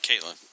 Caitlin